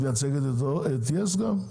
את מייצגת את יס גם?